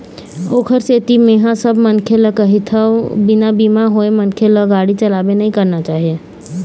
ओखरे सेती मेंहा सब मनखे ल कहिथव बिना बीमा होय मनखे ल गाड़ी चलाबे नइ करना चाही